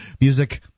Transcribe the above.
music